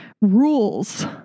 Rules